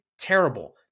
terrible